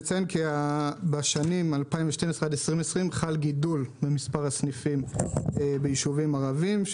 נציין שבשנים 2012 חל גידול במספר הסניפים בישובים ערביים,